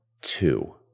two